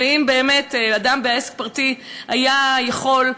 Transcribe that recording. האם באמת אדם בעסק פרטי היה יכול,